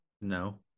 No